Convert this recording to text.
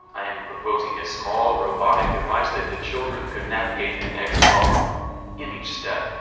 i am proposing a small robotic device that the children could navigate and explore. in each step,